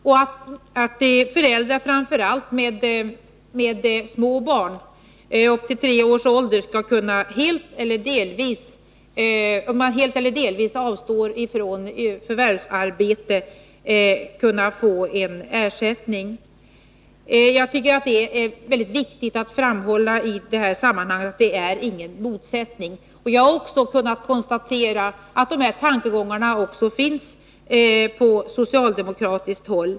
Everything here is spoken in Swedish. Framför allt föräldrar med små barn upp till tre års ålder skall, om de helt eller delvis avstår från förvärvsarbete, kunna få ersättning. Jag tycker att det är viktigt att framhålla i det här sammanhanget att det inte är någon motsättning. Jag har kunnat konstatera att dessa tankegångar finns också på socialdemokratiskt håll.